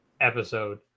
episode